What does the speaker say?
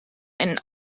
and